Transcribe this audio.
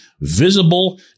visible